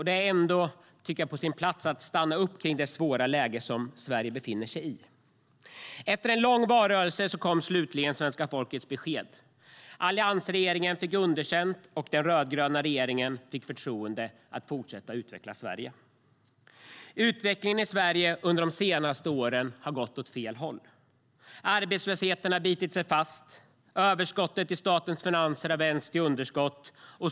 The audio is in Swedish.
Det är på sin plats att stanna upp och tänka på det svåra läge Sverige befinner sig i.Utvecklingen i Sverige har under de senaste åren gått åt fel håll. Arbetslösheten har bitit sig fast. Överskottet i statens finanser har vänts till underskott.